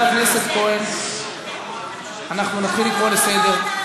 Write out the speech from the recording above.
חבר הכנסת כהן, אנחנו נתחיל לקרוא לסדר.